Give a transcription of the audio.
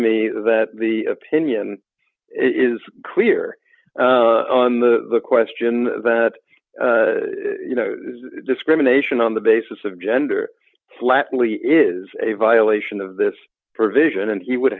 me that the opinion is clear on the question that you know discrimination on the basis of gender flatly is a violation of this provision and he would